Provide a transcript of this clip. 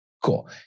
Cool